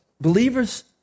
believers